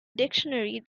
dictionary